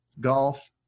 golf